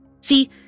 See